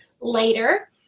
later